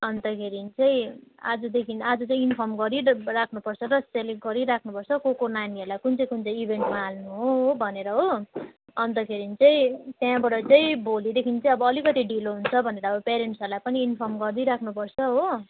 अन्तखेरि चाहिँ आजदेखि आज चाहिँ इन्फर्म गरिराख्नु पर्छ र सेलेक्ट गरिराख्नु पर्छ को को नानीहरूलाई कुन चाहिँ कुन चाहिँ इभेन्टमा हाल्नु हो भनेर हो अन्तखेरि चाहिँ त्यहाँबाट चाहिँ भोलिदेखि चाहिँ अब अलिकति ढिलो हुन्छ भनेर अब पेरेन्ट्सहरूलाई पनि अब इन्फर्म गरिदिई राख्नुपर्छ हो